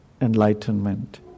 enlightenment